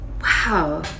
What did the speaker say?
Wow